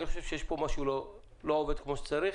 אני חושב שיש פה משהו שלא עובד כמו שצריך,